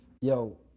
yo